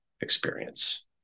experience